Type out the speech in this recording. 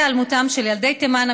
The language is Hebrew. פרשת היעלמותם של ילדי תימן,